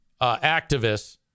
activists